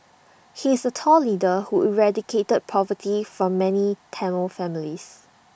he is A tall leader who eradicated poverty from many Tamil families